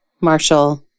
Marshall